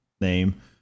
name